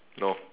no